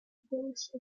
dose